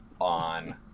on